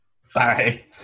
Sorry